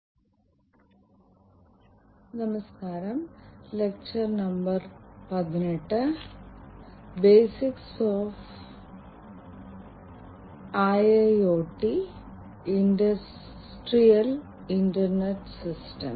ഈ പ്രഭാഷണത്തിൽ മറ്റ് ചിലത് പിന്തുടരാൻ ഞങ്ങൾ വ്യാവസായിക IoT അല്ലെങ്കിൽ IIoT യുടെ ചില അടിസ്ഥാന ആശയങ്ങളിലൂടെ കടന്നുപോകും